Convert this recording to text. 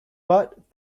but